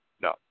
No